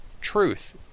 truth